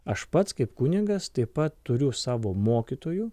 aš pats kaip kunigas taip pat turiu savo mokytojų